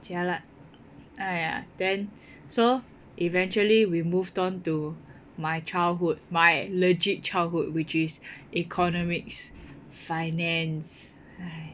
jialat !aiya! then so eventually we moved onto my childhood my legit childhood which is economics finance